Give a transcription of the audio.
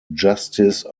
justice